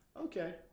Okay